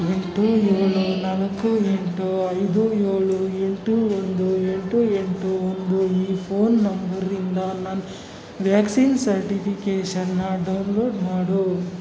ಎಂಟು ಏಳು ನಾಲ್ಕು ಎಂಟು ಐದು ಏಳು ಎಂಟು ಒಂದು ಎಂಟು ಎಂಟು ಒಂದು ಈ ಫೋನ್ ನಂಬರಿಂದ ನನ್ನ ವ್ಯಾಕ್ಸಿನ್ ಸರ್ಟಿಫಿಕೇಷನನ್ನಾ ಡೌನ್ಲೋಡ್ ಮಾಡು